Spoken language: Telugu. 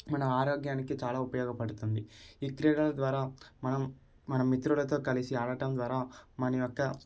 మన ఆరోగ్యానికి చాలా ఉపయోగ పడుతుంది ఈ క్రీడల ద్వారా మనం మన మిత్రులతో కలిసి ఆడడం ద్వారా మన యొక్క